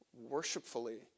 worshipfully